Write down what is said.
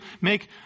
make